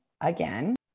again